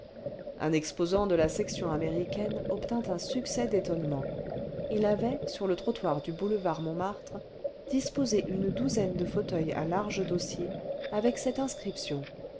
un exposant de la section américaine obtint un succès d'étonnemeut il avait sur le trottoir du boulevard montmartre disposé une douzaine de fauteuils à larges dossiers avec cette inscription